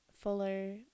Follow